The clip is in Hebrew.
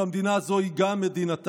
והמדינה הזו היא גם מדינתם.